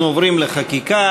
אנחנו עוברים לחקיקה,